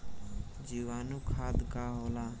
जीवाणु खाद का होला?